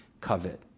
covet